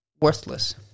worthless